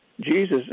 Jesus